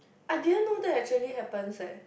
I didn't know that actually happens leh